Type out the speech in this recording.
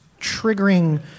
Triggering